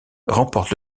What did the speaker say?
remporte